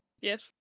Yes